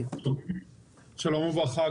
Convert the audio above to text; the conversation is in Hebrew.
שלום וברכה.